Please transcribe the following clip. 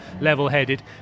level-headed